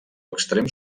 extrem